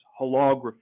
holography